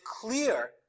clear